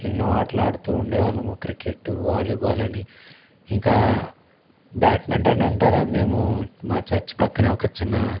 ఎన్నో ఆటలు ఆడుతూ ఉండే వాళ్ళము క్రికెట్ వాలీబాల్ అని ఇంకా బ్యాడ్మింటన్ అంటారా మేము మా చర్చి ప్రక్కనే ఒక చిన్న